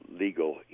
legal